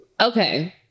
Okay